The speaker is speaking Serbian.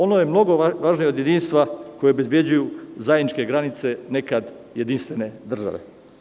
Ono je mnogo važnije od jedinstva koji obezbeđuje zajedničke granice nekad jedinstvene države.